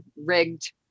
rigged